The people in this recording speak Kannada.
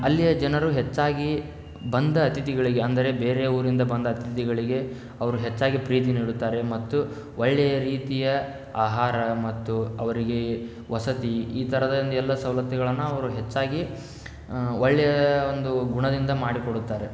ಅಲ್ಲಿಯ ಜನರು ಹೆಚ್ಚಾಗಿ ಬಂದ ಅತಿಥಿಗಳಿಗೆ ಅಂದರೆ ಬೇರೆ ಊರಿಂದ ಬಂದ ಅತಿಥಿಗಳಿಗೆ ಅವರು ಹೆಚ್ಚಾಗಿ ಪ್ರೀತಿ ನೀಡುತ್ತಾರೆ ಮತ್ತು ಒಳ್ಳೆಯ ರೀತಿಯ ಆಹಾರ ಮತ್ತು ಅವರಿಗೆ ವಸತಿ ಈ ಥರದ ಒಂದು ಎಲ್ಲ ಸವಲತ್ತುಗಳನ್ನು ಅವರು ಹೆಚ್ಚಾಗಿ ಒಳ್ಳೆಯ ಒಂದು ಗುಣದಿಂದ ಮಾಡಿಕೊಡುತ್ತಾರೆ